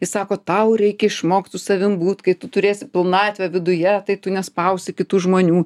jis sako tau reikia išmokt su savim būt kai tu turėsi pilnatvę viduje tai tu nespausi kitų žmonių